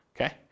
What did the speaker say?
okay